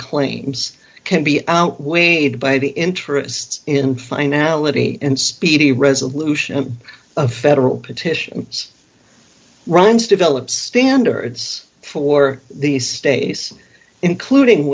claims can be outweighed by the interests in finality and speedy resolution of a federal petitions rands developed standards for these stays including